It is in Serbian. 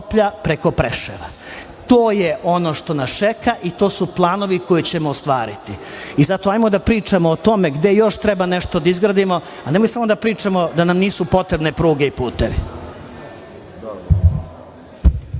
preko Preševa. To je ono što nas čeka i to su planovi koje ćemo ostvariti. Zato ajmo da pričamo o tome gde još treba nešto da izgradimo, a nemoj samo da pričamo da nam nisu potrebne pruge i putevi.